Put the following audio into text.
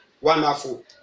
Wonderful